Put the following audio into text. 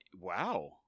wow